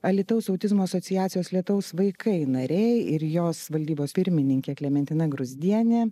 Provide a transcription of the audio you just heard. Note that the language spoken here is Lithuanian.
alytaus autizmo asociacijos lietaus vaikai nariai ir jos valdybos pirmininkė klementina gruzdienė